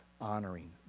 honoring